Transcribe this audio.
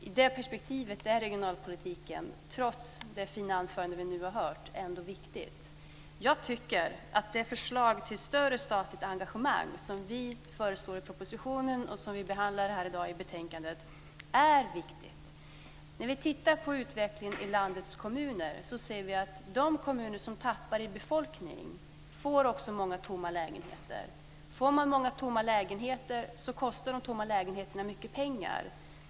I det perspektivet är regionalpolitiken, trots det fina anförande vi nu har hört, ändå viktig. Jag tycker att det förslag till större statligt engagemang som vi lägger fram i propositionen och som behandlas i det här betänkandet är viktigt. När vi tittar på utvecklingen i landets kommuner ser vi att de kommuner som tappar i befolkning också får många tomma lägenheter. Får man många tomma lägenheter kostar de tomma lägenheterna mycket pengar.